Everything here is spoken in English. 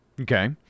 Okay